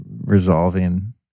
resolving